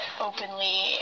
openly